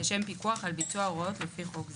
לשם פיקוח על ביצוע הוראות לפי חוק זה.